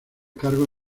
cargos